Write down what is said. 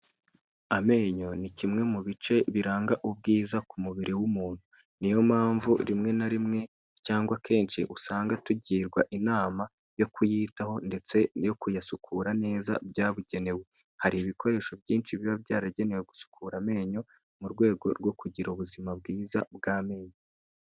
Amenyo ni kimwe mu bice biranga ubwiza ku mubiri w'umuntu. Niyo mpamvu rimwe na rimwe cyangwa kenshi, usanga tugirwa inama yo kuyitaho ndetse no kuyasukura neza byabugenewe. Hari ibikoresho byinshi biba byaragenewe gusukura amenyo, mu rwego rwo kugira ubuzima bwiza bw'amenyo.